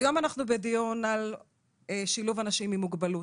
היום אנחנו בדיון על שילוב אנשים עם מוגבלות.